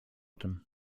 tym